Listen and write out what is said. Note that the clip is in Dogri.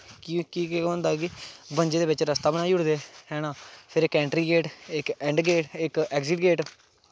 कि केह् होंदा कि बंजे दे बिच्च रस्ता बनाई ओड़दे फिर इक ऐंट्री गेट इक ऐंड गेट इक ऐग्जिट गेट